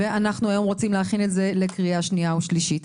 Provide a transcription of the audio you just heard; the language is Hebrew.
היום אנחנו רוצים להכין את זה לקריאה שנייה ושלישית.